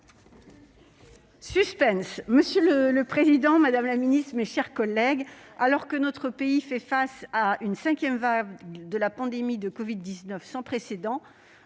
Cohen. Monsieur le président, madame la ministre, mes chers collègues, alors que notre pays fait face à une cinquième vague de la pandémie de covid-19, d'une